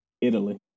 Italy